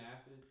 acid